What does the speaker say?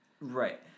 Right